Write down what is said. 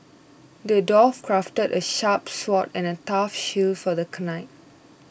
the dwarf crafted a sharp sword and a tough shield for the knight